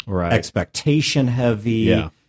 expectation-heavy